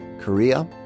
Korea